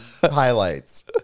highlights